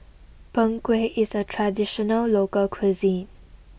Png Kueh is a traditional local cuisine